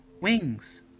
wings